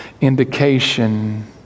indication